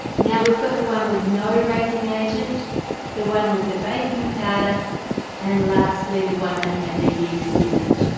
now we've got the one with no raising agent the one with the baking powder and lastly the one that had the yeast in it.